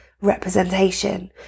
representation